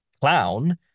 clown